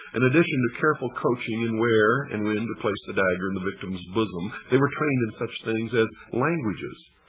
in addition to careful coaching in where and when to place the dagger in the victim's bosom, they were trained in such things as languages,